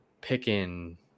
picking